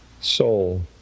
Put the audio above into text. soul